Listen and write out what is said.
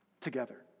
together